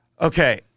Okay